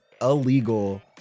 illegal